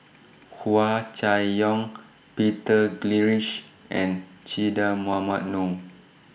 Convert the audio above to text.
Hua Chai Yong Peter Gilchrist and Che Dah Mohamed Noor